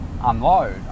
unload